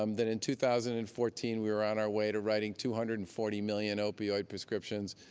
um then in two thousand and fourteen, we were on our way to writing two hundred and forty million opioid prescriptions,